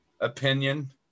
opinion